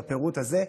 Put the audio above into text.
בפירוט הזה,